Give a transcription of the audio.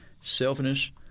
selfishness